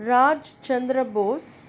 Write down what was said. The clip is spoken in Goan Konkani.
राज चंद्र बोस